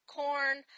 corn